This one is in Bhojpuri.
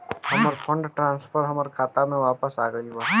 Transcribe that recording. हमर फंड ट्रांसफर हमर खाता में वापस आ गईल बा